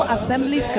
Assembly